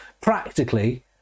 practically